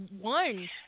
one